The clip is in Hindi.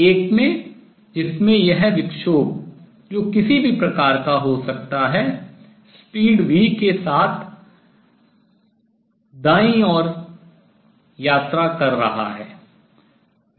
एक में जिसमें यह विक्षोभ जो किसी भी प्रकार का हो सकता है speed चाल v के साथ दाईं right की ओर यात्रा कर रहा है